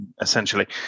essentially